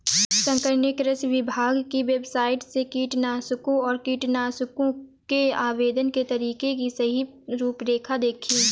शंकर ने कृषि विभाग की वेबसाइट से कीटनाशकों और कीटनाशकों के आवेदन के तरीके की सही रूपरेखा देखी